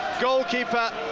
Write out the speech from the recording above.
goalkeeper